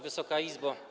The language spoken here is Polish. Wysoka Izbo!